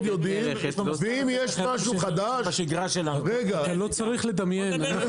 ואם יש משהו חדש- -- שיהיה נוהל מסודר.